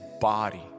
body